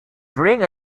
drink